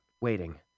waiting